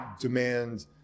demand